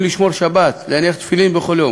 לשמור שבת ולהניח תפילין בכל יום,